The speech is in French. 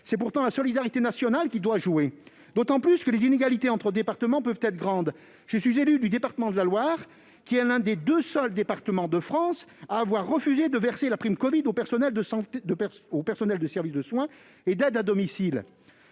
C'est pourtant la solidarité nationale qui doit jouer, d'autant que les inégalités entre départements peuvent être grandes. Le département dont je suis l'élu, celui de la Loire, est l'un des deux seuls de France à avoir refusé de verser la prime covid aux personnels des services de soins et d'aide à domicile.